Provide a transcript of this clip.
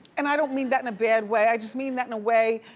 and i don't mean that in a bad way, i just mean that in a way,